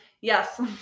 Yes